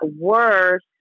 worse